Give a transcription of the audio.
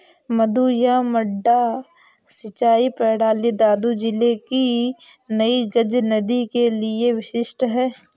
मद्दू या मड्डा सिंचाई प्रणाली दादू जिले की नई गज नदी के लिए विशिष्ट है